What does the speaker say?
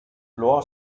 law